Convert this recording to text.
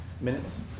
minutes